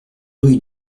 rue